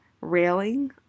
railing